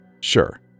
sure